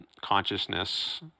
consciousness